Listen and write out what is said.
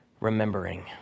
remembering